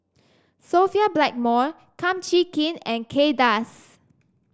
Sophia Blackmore Kum Chee Kin and Kay Das